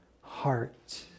heart